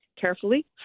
carefully